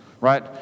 Right